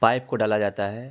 pipe کو ڈالا جاتا ہے